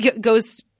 goes –